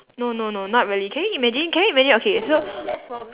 no no no not really can you imagine can you imagine okay so